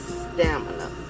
stamina